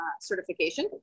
certification